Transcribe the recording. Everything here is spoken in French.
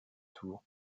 tour